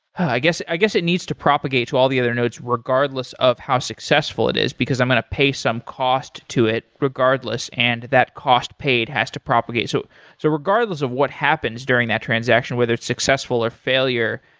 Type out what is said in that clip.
i guess i guess it needs to propagate to all the other nodes regardless of how successful it is, because i'm going to pay some cost to it regardless, and that cost paid has to propagate. so so regardless of what happens during that transaction, whether it's successful or failure,